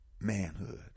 manhood